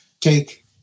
take